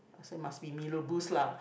so it must be mee rebus lah